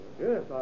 Yes